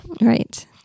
right